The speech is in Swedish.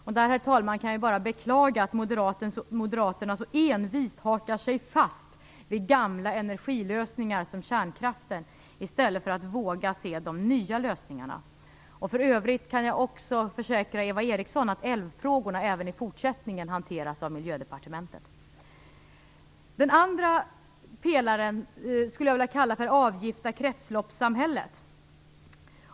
Och där, herr talman, kan jag bara beklaga att Moderaterna så envist hakar sig fast vid gamla energilösningar, som kärnkraften, i stället för att våga se de nya lösningarna. För övrigt kan jag försäkra Eva Eriksson att älvfrågorna även i fortsättningen hanteras av Miljödepartementet. Den andra pelaren skulle jag vilja kalla för Avgifta kretslopssamhället.